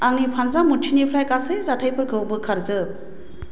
आंनि फानजामुथिनिफ्राय गासै जाथायफोरखौ बोखार जोब